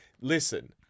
Listen